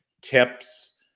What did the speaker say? tips